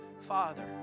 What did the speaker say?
Father